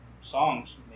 songs